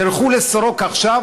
תלכו לסורוקה עכשיו,